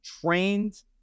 trained